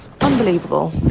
Unbelievable